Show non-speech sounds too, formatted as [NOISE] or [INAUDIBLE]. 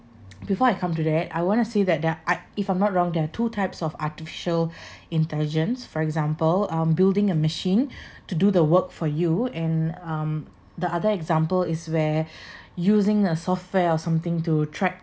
before I come to that I want to say that there are I if I'm not wrong there are two types of artificial [BREATH] intelligence for example um building a machine [BREATH] to do the work for you and um the other example is where [BREATH] using the software or something to track